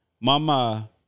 mama